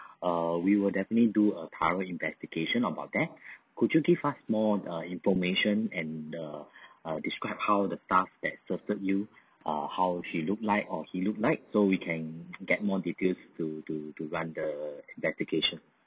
uh we will definitely do a thorough investigation about that could you give us more uh information and the uh describe how the staff that served you uh how she looked like or he looked like so we can get more details to to to run the investigation